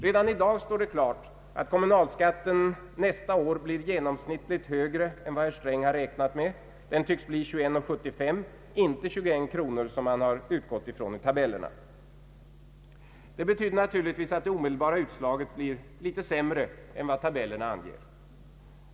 Redan i dag står det klart att kommunalskatten nästa år blir genomsnittligt högre än vad herr Sträng har räknat med. Den tycks bli 21:75, inte 21 kronor, som man utgått ifrån i tabellerna. Det betyder naturligtvis att det omedelbara utslaget blir något sämre än vad tabellerna anger.